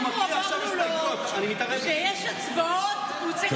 אנחנו אמרנו לו שיש הצבעות והוא צריך לתת זמן.